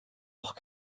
auch